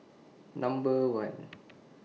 Number one